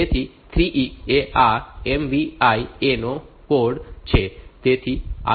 તેથી 3E એ આ MVI A નો કોડ છે